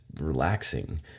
relaxing